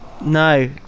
no